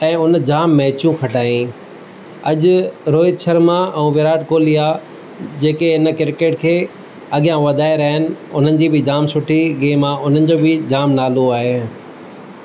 ऐं हुन जाम मैचयूं खटायई अॼु रोहित शर्मा विराट कोहली आहे जेके हिन क्रिकेट खे अॻियां वधारे रहिया आहिनि हुनजी बि जाम सुठी गेम आहे हुननि जो बि जाम नालो आहे